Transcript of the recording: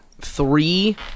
three